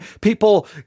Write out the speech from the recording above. people